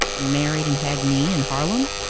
married and had me in harlem.